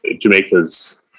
Jamaica's